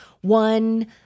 one